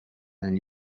negli